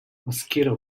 mosquito